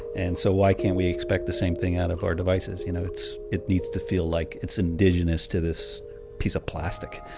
and so why can't we expect the same thing out of our devices, you know? it needs to feel like its indigenous to this piece of plastic